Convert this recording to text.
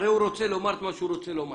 הרי הוא רוצה לומר את מה שהוא רוצה לומר.